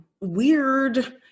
weird